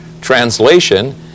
translation